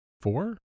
Four